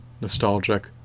nostalgic